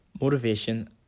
Motivation